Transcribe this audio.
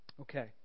Okay